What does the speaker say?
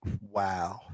Wow